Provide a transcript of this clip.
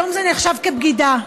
היום זה נחשב לבגידה,